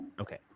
Okay